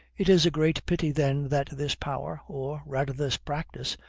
it is a great pity then that this power, or rather this practice,